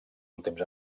últims